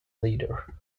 leader